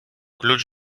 ключ